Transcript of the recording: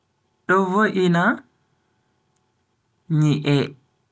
Do vo'ina nyi'e